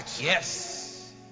Yes